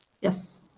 Yes